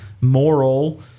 moral